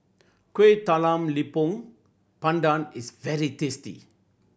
Kuih Talam Tepong Pandan is very tasty